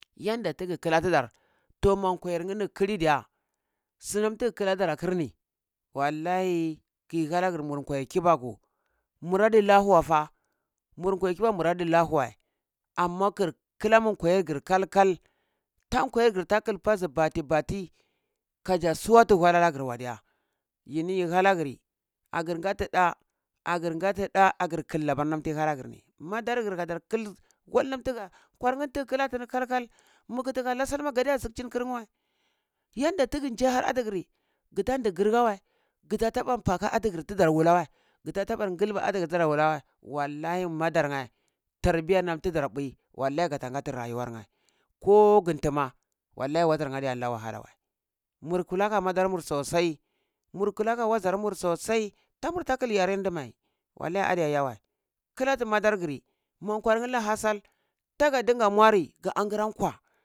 Yanda taga kala ta dar toh ma nkwayir ni ni khali diya sunam taga kala tadar akar ni wallahi ki hangar mu gwadi mukibaku mura di lahu we fa mur nkwayir kibaku mura di lahu we ama far kilama nkwayir gar kal kal ta nkwayir ga ta kal bazi bati bati kaza suwati waleh ana gar diya yini yi hana gari agar gati ndah agar ngati ndah agar kal labar nam tiyi nana gar ni madar gar kadar kal kulum taga nkwarneh ni taga kalatini kalkal muah kati ka la salma gadaya zukchini karneh weh yanda tage ndzi ahar atigiri gata ndi garga weh gata taga mpa aka atargeh ta tar wulahj weh ko ta ga ngsal ategar ta zi wula weh wallaher madar neh tarbiya na ta dar tara mbuei gata gati rayuwa neh ko ngah ti ma walahi wazar ne adiya ga wahalaweh mur kula aka madar mu sosai mur kula aka madar mu sosai tamur ta kal yarendi meh walahi adiya eh weh kalati madargari ma nkwar neh lahar ahar sal taga ta dinga mureh ga angireh nkwa